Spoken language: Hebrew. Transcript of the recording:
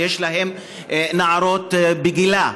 שיש בהן נערות בגילה.